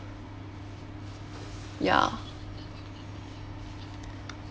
ya